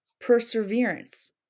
Perseverance